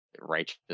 Righteous